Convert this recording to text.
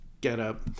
get-up